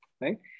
right